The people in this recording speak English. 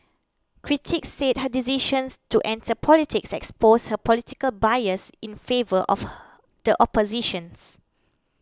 critics said her decisions to enter politics exposed her political bias in favour of the oppositions